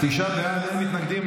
תשעה בעד, אין מתנגדים.